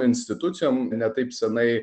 institucijom ne taip senai